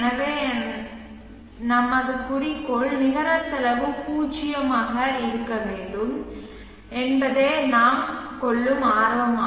எனவே எங்கள் குறிக்கோள் நிகர செலவு பூஜ்ஜியமாக இருக்க வேண்டும் என்பதே எங்கள் ஆர்வம்